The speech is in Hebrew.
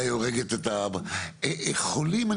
חולים,